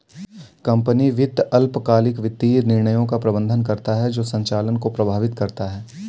company वित्त अल्पकालिक वित्तीय निर्णयों का प्रबंधन करता है जो संचालन को प्रभावित करता है